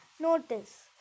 notice